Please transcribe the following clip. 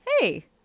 hey